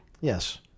Yes